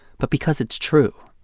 but because it's true.